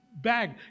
bag